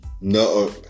no